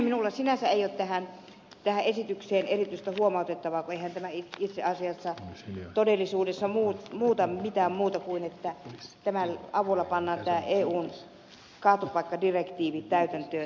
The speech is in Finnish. minulla sinänsä ei ole tähän esitykseen erityistä huomautettavaa eihän tämä itse asiassa todellisuudessa muuta mitään muuta kuin että tämän avulla pannaan tämä eun kaatopaikkadirektiivi täytäntöön